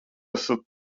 esat